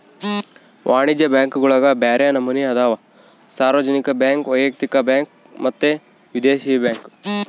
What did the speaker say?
ವಾಣಿಜ್ಯ ಬ್ಯಾಂಕುಗುಳಗ ಬ್ಯರೆ ನಮನೆ ಅದವ, ಸಾರ್ವಜನಿಕ ಬ್ಯಾಂಕ್, ವೈಯಕ್ತಿಕ ಬ್ಯಾಂಕ್ ಮತ್ತೆ ವಿದೇಶಿ ಬ್ಯಾಂಕ್